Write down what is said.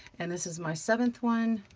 and this is my seventh one.